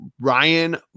Ryan